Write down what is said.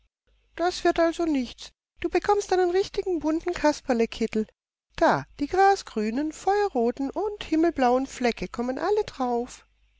das wird also nichts du bekommst einen richtigen bunten kasperlekittel da die grasgrünen feuerroten und himmelblauen flecke kommen alle darauf